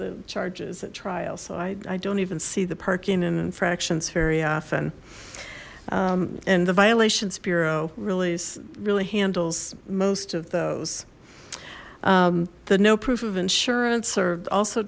the charges at trial so i don't even see the parking and infractions very often and the violations bureau really really handles most of those the no proof of insurance or also